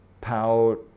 pout